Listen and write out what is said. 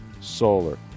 solar